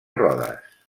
rodes